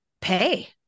pay